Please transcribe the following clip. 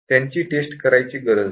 त्त्यांची test करायची गरज नाही